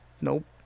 Nope